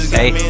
Hey